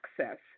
access